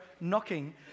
knocking